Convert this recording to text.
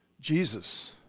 Jesus